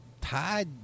Tide